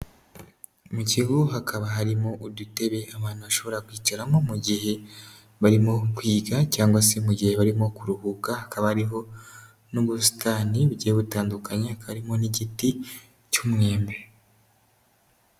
Mu kigo hakaba harimo udutebe abantu bashobora kwicaramo, mu gihe barimo kwiga, cyangwa se mu gihe barimo kuruhuka, hakaba hariho n'ubusitani bugiye butandukanye, hakaba harimo n'igiti cy'umwembe.